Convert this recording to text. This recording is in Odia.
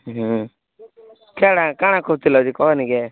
କାଣା କାଣା କହୁଥିଲେ ଯେ କହ ନି କେଁ